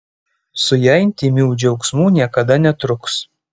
su ja intymių džiaugsmų niekada netruks